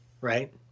Right